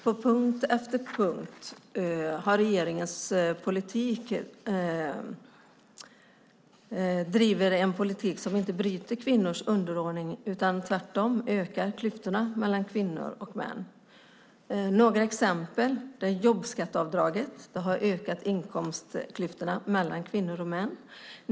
På punkt efter punkt har regeringen drivit en politik som inte bryter kvinnors underordning utan tvärtom ökar klyftorna mellan kvinnor och män. Som exempel har jobbskatteavdraget ökat inkomstklyftorna mellan kvinnor och män.